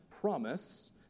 promise